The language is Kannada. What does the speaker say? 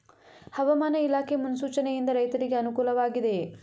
ಹವಾಮಾನ ಇಲಾಖೆ ಮುನ್ಸೂಚನೆ ಯಿಂದ ರೈತರಿಗೆ ಅನುಕೂಲ ವಾಗಿದೆಯೇ?